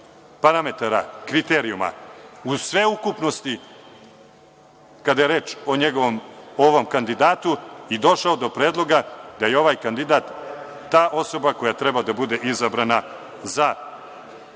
parametara, kriterijuma, uz sveukupnosti, kada je reč o ovom kandidatu i došao do predloga da je ovaj kandidat ta osoba koja treba da bude izabrana za